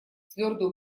твердую